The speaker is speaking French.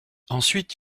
ensuite